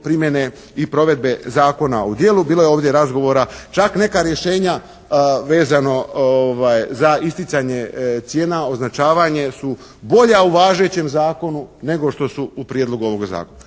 primjene i provedbe zakona u djelo. Bilo je ovdje razgovora, čak neka rješenja vezano za isticanje cijena, označavanje su bolja u važećem zakonu nego što su u prijedlogu ovoga zakona.